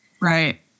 right